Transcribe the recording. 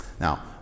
Now